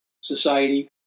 Society